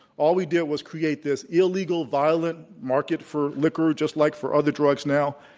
all we did was create this illegal, violent market for liquor just like for other drugs now,